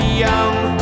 young